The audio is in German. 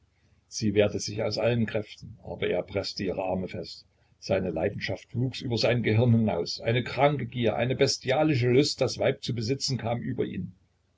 sie wehrte sich aus allen kräften aber er preßte ihre arme fest seine leidenschaft wuchs über sein gehirn hinaus eine kranke gier eine bestialische lust das weib zu besitzen kam über ihn